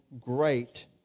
great